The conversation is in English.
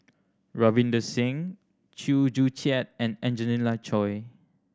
Ravinder Singh Chew Joo Chiat and Angelina Choy